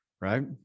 right